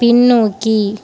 பின்னோக்கி